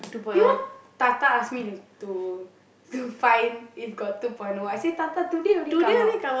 you know Tata ask me to to find if got two point O what I say Tata today only come out